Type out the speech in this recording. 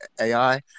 AI